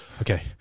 okay